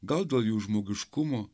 gal dėl jų žmogiškumo